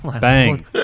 bang